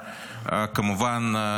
כמובן,